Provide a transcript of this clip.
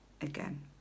again